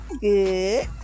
good